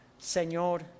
Señor